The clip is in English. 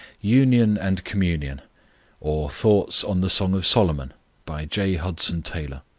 union and communion or thoughts on the song of solomon by j. hudson taylor,